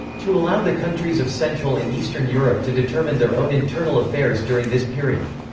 to allow the countries of central and eastern europe to determine their own internal affairs during this period.